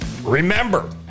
remember